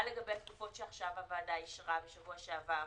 מה לגבי התקופות שהוועדה אישרה בשבוע שעבר?